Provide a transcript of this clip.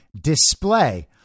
display